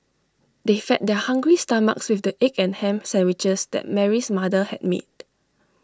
they fed their hungry stomachs with the egg and Ham Sandwiches that Mary's mother had made